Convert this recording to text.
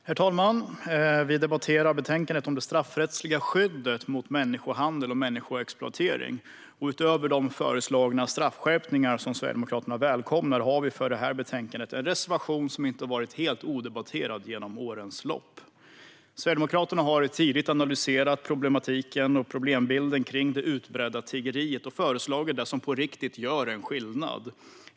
Herr talman! Vi debatterar betänkandet om det straffrättsliga skyddet mot människohandel och människoexploatering. Utöver de föreslagna straffskärpningar som Sverigedemokraterna välkomnar har vi för det här betänkandet en reservation som inte varit helt odebatterad genom årens lopp. Sverigedemokraterna har tidigt analyserat problematiken och problembilden kring det utbredda tiggeriet och föreslagit det som på riktigt gör en skillnad.